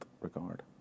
regard